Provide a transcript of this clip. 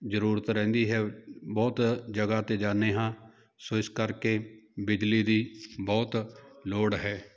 ਜ਼ਰੂਰਤ ਰਹਿੰਦੀ ਹੈ ਬਹੁਤ ਜਗ੍ਹਾ 'ਤੇ ਜਾਂਦੇ ਹਾਂ ਸੋ ਇਸ ਕਰਕੇ ਬਿਜਲੀ ਦੀ ਬਹੁਤ ਲੋੜ ਹੈ